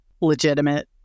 Legitimate